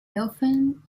often